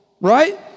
right